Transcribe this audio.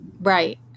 right